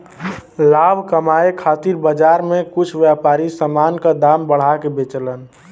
लाभ कमाये खातिर बाजार में कुछ व्यापारी समान क दाम बढ़ा के बेचलन